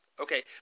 Okay